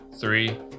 three